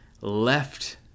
left